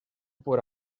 por